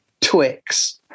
Twix